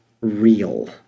real